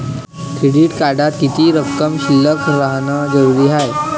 Credit कार्डात किती रक्कम शिल्लक राहानं जरुरी हाय?